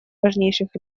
важнейших